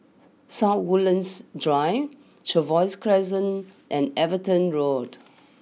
South Woodlands Drive Trevose Crescent and Everton Road